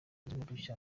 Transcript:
udushya